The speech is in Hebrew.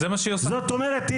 זאת אומרת,